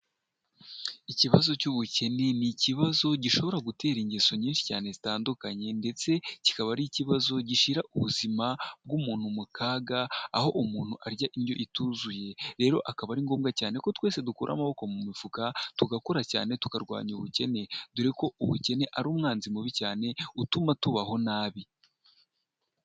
Ikibazo cy'ubukene ni ikibazo gishobora gutera ingeso nyinshi cyane zitandukanye ndetse kikaba ari ikibazo gishyira ubuzima bw'umuntu mu kaga, aho umuntu arya indyo ituzuye rero akaba ari ngombwa cyane ko twese dukura amaboko mu mifuka tugakora cyane tukarwanya ubukene, dore ko ubukene ari umwanzi mubi cyane utuma tubaho nabi